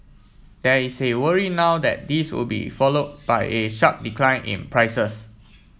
there is a worry now that this would be followed by a sharp decline in prices